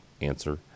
answer